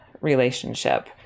relationship